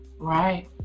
Right